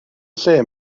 lle